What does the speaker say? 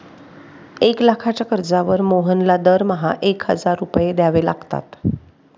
एक लाखाच्या कर्जावर मोहनला दरमहा एक हजार रुपये द्यावे लागतात